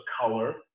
color